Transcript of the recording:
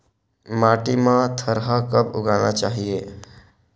माटी मा थरहा कब उगाना चाहिए?